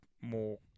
more